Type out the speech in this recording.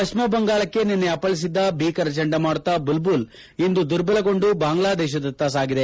ಪಶ್ವಿಮ ಬಂಗಾಳಕ್ಕೆ ನಿನ್ನೆ ಅಪ್ಪಳಿಸಿದ್ದ ಬೀಕರ ಜಂಡಮಾರುತ ಬುಲ್ ಬುಲ್ ಇಂದು ದುರ್ಬಲಗೊಂಡು ಬಾಂಗ್ಲಾ ದೇಶದತ್ತ ಸಾಗಿದೆ